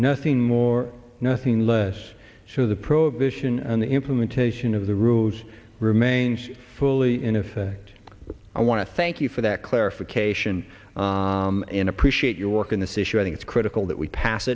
nothing more nothing less so the prohibition on the implementation of the rules remains fully in effect i want to thank you for that clarification and appreciate your work on this issue i think it's critical that we pass